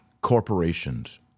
corporations